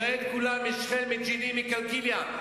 אתה מקנא, תראה את כולם, משכם, מג'נין, מקלקיליה.